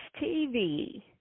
TV